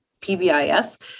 PBIS